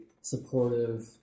supportive